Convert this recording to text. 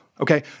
okay